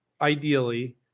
Ideally